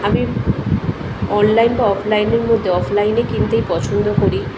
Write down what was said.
আমি অনলাইন বা অফলাইনের মধ্যে অফলাইনে কিনতেই পছন্দ করি